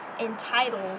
entitled